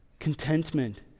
Contentment